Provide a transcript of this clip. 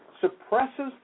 suppresses